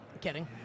Kidding